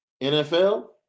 NFL